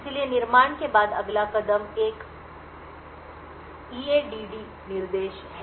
इसलिए निर्माण के बाद अगला कदम एक ईएडीडी निर्देश है